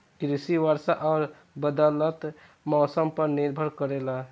कृषि वर्षा और बदलत मौसम पर निर्भर करेला